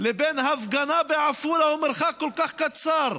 לבין ההפגנה בעפולה הוא מרחק כל כך קצר.